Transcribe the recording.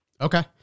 Okay